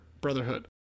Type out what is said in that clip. brotherhood